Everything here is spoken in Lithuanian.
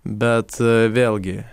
bet vėlgi